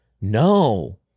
no